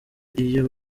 iyo